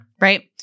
right